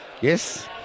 Yes